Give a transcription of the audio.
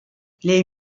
les